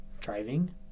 driving